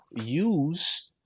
use